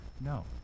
No